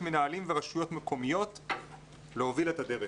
מנהלים ורשויות מקומיות להוביל את הדרך.